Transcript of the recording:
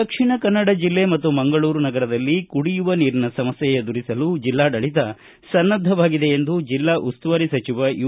ದಕ್ಷಿಣ ಕನ್ನಡ ಜಿಲ್ಲೆ ಮತ್ತು ಮಂಗಳೂರು ನಗರದಲ್ಲಿ ಕುಡಿಯುವ ನೀರಿನ ಸಮಸ್ಥೆ ಎದುರಿಸಲು ಜಿಲ್ಲಾಡಳಿತ ಸನ್ನದ್ಧವಾಗಿದೆ ಎಂದು ಜಿಲ್ಲಾ ಉಸ್ತುವಾರಿ ಸಚಿವ ಯು